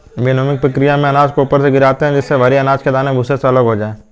विनोविंगकी प्रकिया में अनाज को ऊपर से गिराते है जिससे भरी अनाज के दाने भूसे से अलग हो जाए